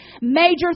major